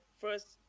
first